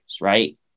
right